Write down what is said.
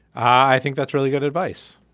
i think that's really good advice.